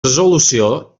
resolució